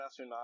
Internacional